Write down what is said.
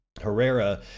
herrera